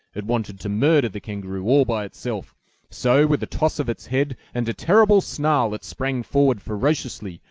it wanted to murder the kangaroo all by itself so, with a toss of its head, and a terrible snarl, it sprang forward ferociously,